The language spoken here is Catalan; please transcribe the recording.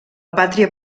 pàtria